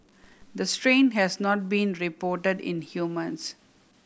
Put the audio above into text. the strain has not been reported in humans